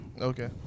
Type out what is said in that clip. okay